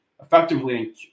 effectively